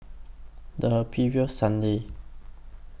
The previous Sunday